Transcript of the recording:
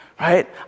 Right